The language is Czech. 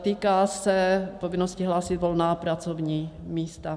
Týká se povinnosti hlásit volná pracovní místa.